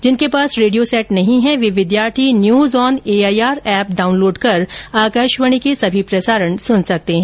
जिनके पास radio set नहीं है वे विद्यार्थी news on AIR app download कर आकाशवाणी के सभी प्रसारण सुन सकते है